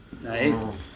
Nice